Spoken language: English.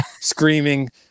screaming